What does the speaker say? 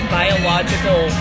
biological